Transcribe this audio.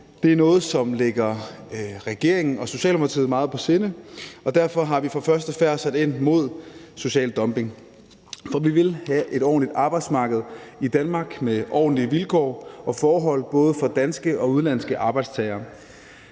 Det er noget, som ligger regeringen og Socialdemokratiet meget på sinde, og derfor har vi fra første færd sat ind mod social dumping. Vi vil have et ordentligt arbejdsmarked i Danmark med ordentlige vilkår og forhold både for danske og udenlandske arbejdstagere.